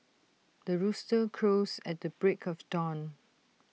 the rooster crows at the break of dawn